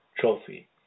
Trophy